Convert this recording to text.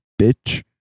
bitch